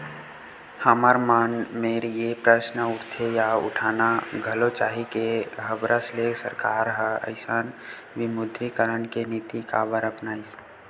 हमर मन मेर ये प्रस्न उठथे या उठाना घलो चाही के हबरस ले सरकार ह अइसन विमुद्रीकरन के नीति काबर अपनाइस?